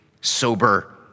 sober